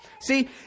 See